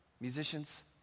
Musicians